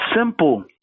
simple